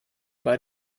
bei